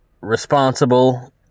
responsible